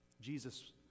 Jesus